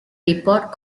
report